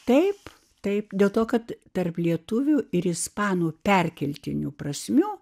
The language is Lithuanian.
taip taip dėl to kad tarp lietuvių ir ispanų perkeltinių prasmių